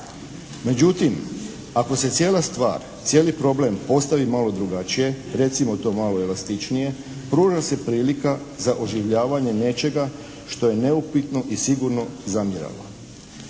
Međutim, ako se cijela stvar, cijeli problem postavi malo drugačije recimo to malo elastičnije, pruža se prilika za oživljavanje nečega što je neupitno i sigurno zamiralo.